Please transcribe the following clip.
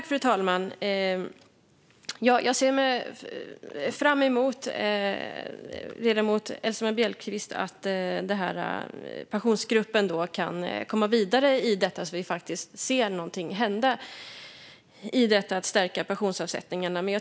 Fru talman! Jag ser fram emot, ledamoten Elsemarie Bjellqvist, att Pensionsgruppen kan komma vidare i detta så att vi ser någonting hända i att stärka pensionsavsättningarna.